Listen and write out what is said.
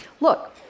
Look